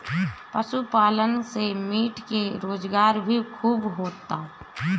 पशुपालन से मीट के रोजगार भी खूब होता